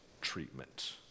treatment